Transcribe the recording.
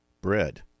bread